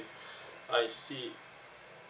I see